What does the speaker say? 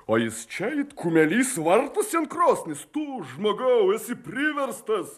o jis čia it kumelys vartosi ant krosnies tu žmogau esi priverstas